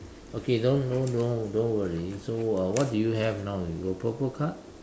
okay don't don't don't don't worry so uh what do you have now you got purple card